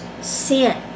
sin